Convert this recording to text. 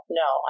no